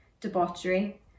debauchery